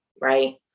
Right